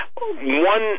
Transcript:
One